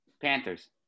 Panthers